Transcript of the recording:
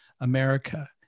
America